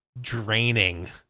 draining